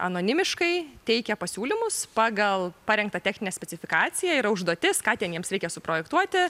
anonimiškai teikė pasiūlymus pagal parengtą techninę specifikaciją yra užduotis ką ten jiems reikia suprojektuoti